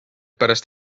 pärast